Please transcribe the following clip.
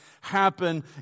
happen